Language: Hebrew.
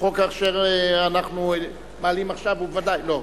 החוק אשר אנחנו מעלים עכשיו, הוא ודאי, ודאי.